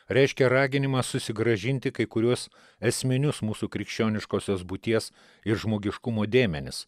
reiškia raginimą susigrąžinti kai kuriuos esminius mūsų krikščioniškosios būties ir žmogiškumo dėmenis